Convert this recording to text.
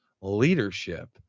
Leadership